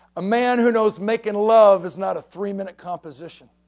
a man who knows making love is not a three-minute composition.